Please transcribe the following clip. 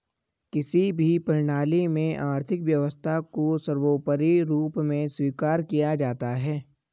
किसी भी प्रणाली में आर्थिक व्यवस्था को सर्वोपरी रूप में स्वीकार किया जाता है